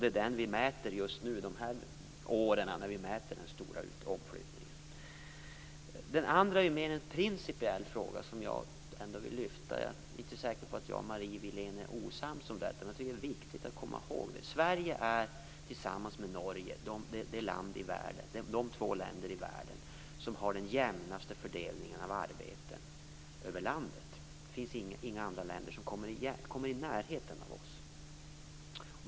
Det är denna stora ut och omflyttning som vi just nu mäter. Den andra frågan som jag ändå vill lyfta fram är mer principiell. Jag är inte säker på att jag och Marie Wilén är osams om detta, men det är viktigt att komma ihåg det. Sverige och Norge är de två länder i världen som har den jämnaste fördelningen av arbeten över landet. Det finns inga andra länder som kommer i närheten av oss.